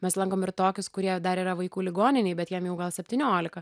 mes lankom ir tokius kurie dar yra vaikų ligoninėj bet jiem jau gal septyniolika